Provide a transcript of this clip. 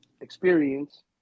experience